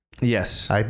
Yes